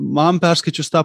man perskaičius tą